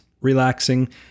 relaxing